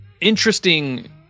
interesting